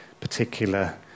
particular